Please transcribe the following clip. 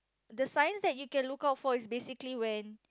the signs that you can look out for is basically when